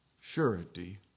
surety